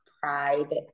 pride